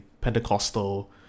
Pentecostal